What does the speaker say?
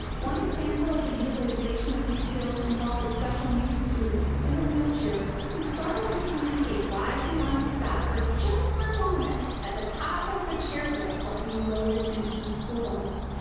one example of the utilization of these skills involved a special needs student in a wheelchair who struggled to communicate why he wanted to stop for just one moment at the top of the chair lift while being loaded into the school bus.